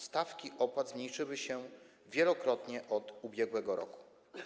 Stawki opłat zmniejszyły się wielokrotnie od ubiegłego roku.